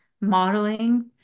modeling